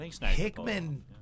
Hickman